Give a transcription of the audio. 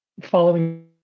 following